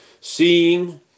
Seeing